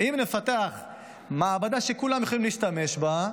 אם נפתח מעבדה שכולם יכולים להשתמש בה,